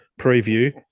preview